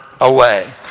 away